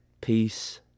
Peace